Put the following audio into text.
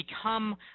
become